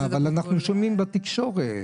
רק הסברתי לך את התקנות.